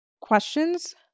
questions